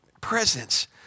presence